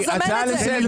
תזמן את זה.